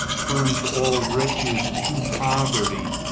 turns all riches to poverty,